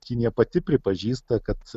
kinija pati pripažįsta kad